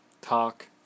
talk